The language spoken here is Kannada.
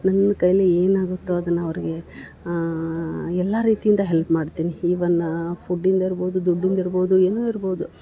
ನನ್ನ ಕೈಯಲ್ಲಿ ಏನಾಗುತ್ತೋ ಅದನ್ನ ಅವ್ರ್ಗೆ ಎಲ್ಲಾ ರೀತಿಯಿಂದ ಹೆಲ್ಪ್ ಮಾಡ್ತೀನಿ ಈವನ್ ಫುಡ್ಡಿಂದ ಇರ್ಬೋದು ದುಡ್ಡಿಂದ ಇರ್ಬೋದು ಏನು ಇರ್ಬೋದು